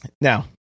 now